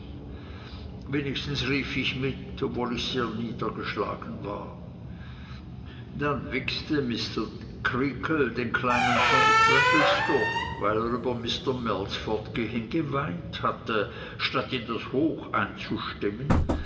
wenigstens rief ich mit obwohl ich sehr niederschlagen war dann wichste mr creakle den kleinen tommy traddles durch weil er über mr mells fortgehen geweint hatte statt in das hoch einzustimmen